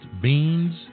beans